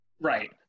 Right